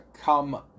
come